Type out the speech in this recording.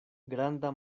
granda